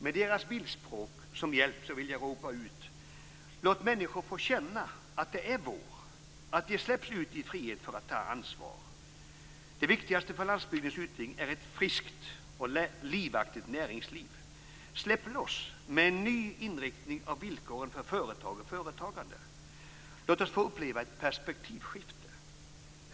Med deras bildspråk som hjälp vill jag ropa ut: Låt människor få känna att det är vår, att de släpps ut i frihet för att ta ansvar. Det viktigaste för landsbygdens utveckling är ett friskt och livaktigt näringsliv. Släpp loss med en ny inriktning av villkoren för företag och företagande! Låt oss få uppleva ett perspektivskifte.